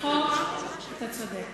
אתה צודק.